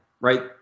right